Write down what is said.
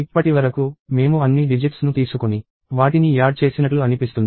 ఇప్పటివరకు మేము అన్ని డిజిట్స్ ను తీసుకొని వాటిని యాడ్ చేసినట్లు అనిపిస్తుంది